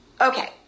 Okay